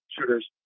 shooters